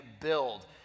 build